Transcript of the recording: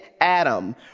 Adam